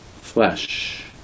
Flesh